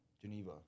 Geneva